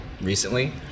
recently